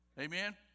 Amen